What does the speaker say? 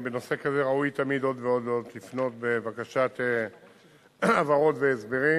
בנושא כזה ראוי תמיד עוד ועוד ועוד לפנות בבקשת הבהרות והסברים.